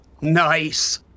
nice